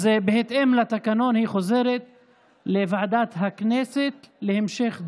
אז בהתאם לתקנון היא חוזרת לוועדת הכנסת להמשך דיון.